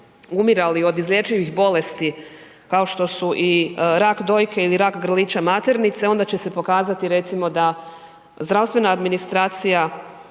umirali od izlječivih bolesti kao što su i rak dojke ili rak grlića maternice onda će se pokazati recimo da zdravstvena administracija